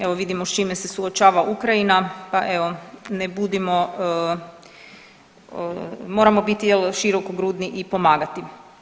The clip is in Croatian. Evo vidimo s čime se suočava Ukrajina, pa evo ne budimo, moramo biti jel širokogrudni i pomagati.